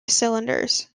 cylinders